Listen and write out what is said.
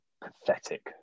pathetic